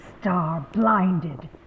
star-blinded